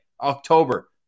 October